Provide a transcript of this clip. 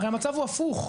הרי המצב הוא הפוך,